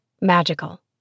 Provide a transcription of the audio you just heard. magical